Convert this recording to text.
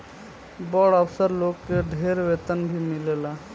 बड़ अफसर लोग के ढेर वेतन भी मिलेला